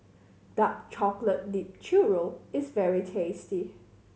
dark chocolate dipped churro is very tasty